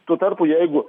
tuo tarpu jeigu